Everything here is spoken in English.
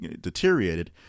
deteriorated